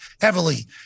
heavily